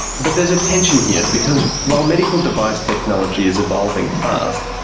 but there's a tension here, because while medical device technology is evolving fast,